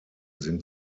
sind